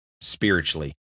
spiritually